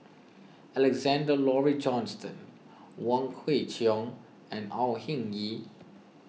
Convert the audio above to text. Alexander Laurie Johnston Wong Kwei Cheong and Au Hing Yee